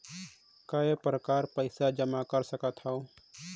काय प्रकार पईसा जमा कर सकथव?